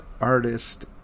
artist